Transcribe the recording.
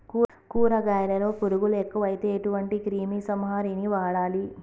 కూరగాయలలో పురుగులు ఎక్కువైతే ఎటువంటి క్రిమి సంహారిణి వాడాలి?